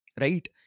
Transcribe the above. Right